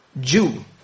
Jew